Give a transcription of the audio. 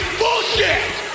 bullshit